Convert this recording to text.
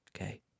okay